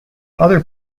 other